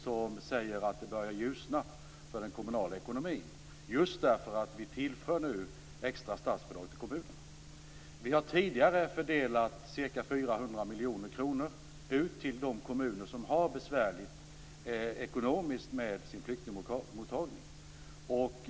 Den säger att det börjar ljusna för den kommunala ekonomin just därför att vi nu tillför extra statsbidrag till kommunerna. Vi har tidigare fördelat ca 400 miljoner kronor till de kommuner som har det ekonomiskt besvärligt med sin flyktingmottagning.